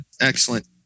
excellent